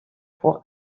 pour